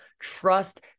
trust